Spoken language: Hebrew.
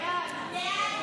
סעיף